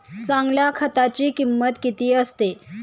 चांगल्या खताची किंमत किती असते?